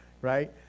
right